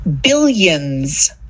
Billions